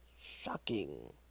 shocking